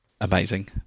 Amazing